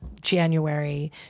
January